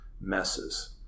messes